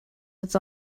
its